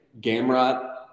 Gamrot